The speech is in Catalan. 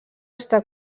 està